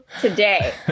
today